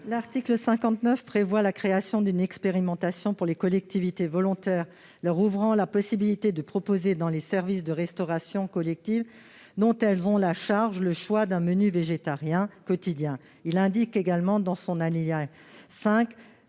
L'article 59 vise à prévoir la création d'une expérimentation pour les collectivités volontaires leur ouvrant la possibilité de proposer, dans les services de restauration collective dont elles ont la charge, le choix d'un menu végétarien quotidien. Il indique également, dans son alinéa 5,